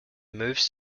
moves